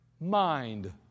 mind